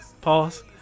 Pause